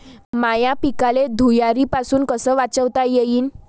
माह्या पिकाले धुयारीपासुन कस वाचवता येईन?